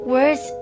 Words